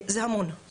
זה המון.